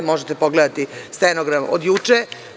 Možete pogledati stenogram od juče.